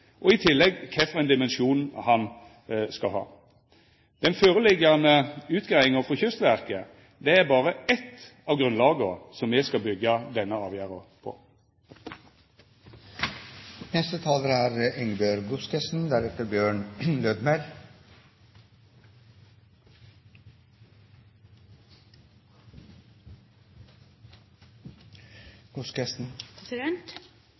og i tillegg kva dimensjon han skal ha. Den føreliggjande utgreiinga frå Kystverket er berre eitt av grunnlaga som me skal byggja denne avgjerda på. Det er